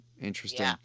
Interesting